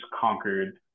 conquered